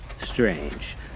strange